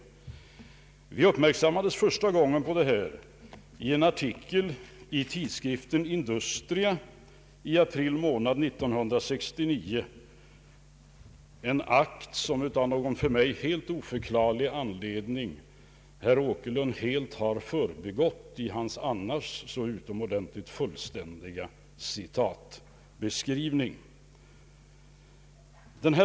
Vi uppmärksammades första gången på detta i en artikel i tidskriften Industria i april månad 1969 — en akt som av någon för mig helt oförklarlig anledning helt har förbigåtts av herr Åkerlund i hans annars så utomordentligt fullständiga citatbeskrivning.